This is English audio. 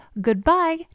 goodbye